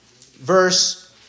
verse